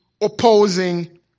opposing